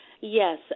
Yes